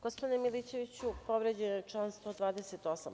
Gospodine Milićeviću, povređen je član 128.